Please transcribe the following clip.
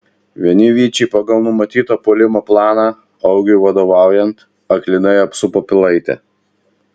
vieni vyčiai pagal numatytą puolimo planą augiui vadovaujant aklinai apsupo pilaitę